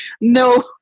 no